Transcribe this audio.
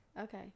Okay